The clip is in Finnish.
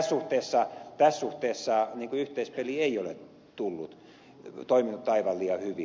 tässä suhteessa yhteispeli ei ole toiminut aivan hyvin